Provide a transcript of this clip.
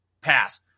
pass –